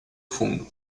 fundo